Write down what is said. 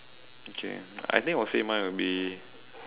okay I think I will say mine will be